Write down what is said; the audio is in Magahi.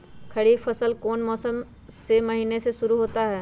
खरीफ फसल कौन में से महीने से शुरू होता है?